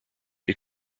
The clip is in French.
est